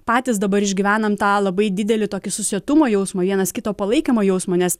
patys dabar išgyvenam tą labai didelį tokį susietumo jausmą vienas kito palaikymo jausmą nes